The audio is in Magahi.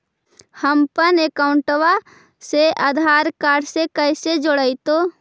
हमपन अकाउँटवा से आधार कार्ड से कइसे जोडैतै?